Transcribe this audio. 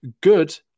good